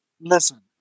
listen